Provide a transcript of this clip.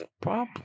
problem